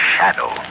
Shadow